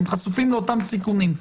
הם חשופים לאותם סיכונים,